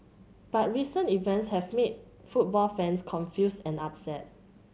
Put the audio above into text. but recent events have made football fans confused and upset